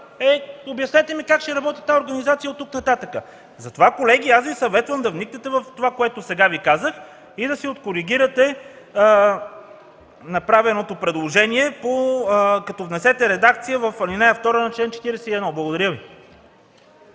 е, обяснете ми как ще работи тази организация от тук нататък! Колеги, аз Ви съветвам да вникнете в това, което сега Ви казах и да си коригирате направеното предложение, като внесете редакция в ал. 2 на чл. 41. Благодаря Ви.